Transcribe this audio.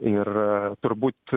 ir turbūt